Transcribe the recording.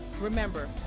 remember